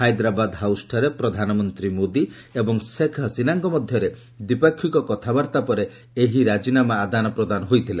ହାଇଦ୍ରାବାଦ ହାଉସ୍ଠାରେ ପ୍ରଧାନମନ୍ତ୍ରୀ ମୋଦି ଏବଂ ଶେଖ୍ ହସିନାଙ୍କ ମଧ୍ୟରେ ଦ୍ୱିପାକ୍ଷିକ କଥାବାର୍ତ୍ତା ପରେ ଏହି ରାଜିନାମା ଆଦାନ ପ୍ରଦାନ ହୋଇଥିଲା